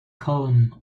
column